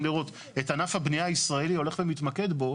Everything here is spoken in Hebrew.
לראות את ענף הבנייה הישראלי הולך ומתמקד בו,